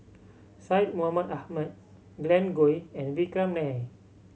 Syed Mohamed Ahmed Glen Goei and Vikram Nair